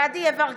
דסטה גדי יברקן,